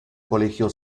colegio